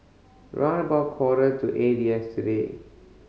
round about quarter to eight yesterday